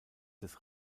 des